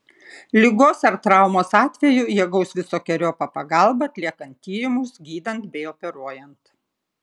ligos ar traumos atveju jie gaus visokeriopą pagalbą atliekant tyrimus gydant bei operuojant